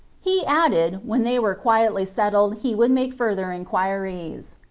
he added, when they were quietly settled he would make further in quiries.